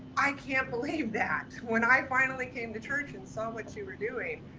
i can't believe that when i finally came to church and saw what you were doing,